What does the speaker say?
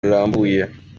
rurambuye